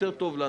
יותר טוב לנו.